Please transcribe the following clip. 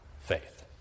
faith